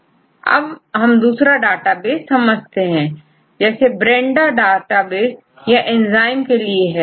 अब हम दूसरा डेटाबेस समझाते हैं जैसेBRENDA डेटाबेस यह एंजाइम्स के लिए है